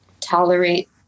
tolerate